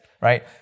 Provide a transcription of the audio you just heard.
right